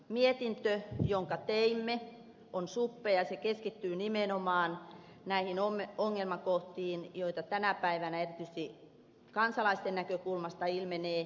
mietintö jonka teimme on suppea ja keskittyy nimenomaan näihin ongelmakohtiin joita tänä päivänä erityisesti kansalaisten näkökulmasta ilmenee